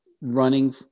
running